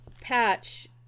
Patch